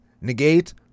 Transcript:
Negate